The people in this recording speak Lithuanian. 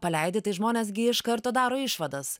paleidi tai žmonės gi iš karto daro išvadas